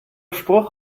spruch